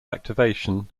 activation